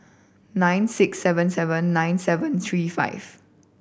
nine six seven seven nine seven three five